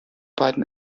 beiden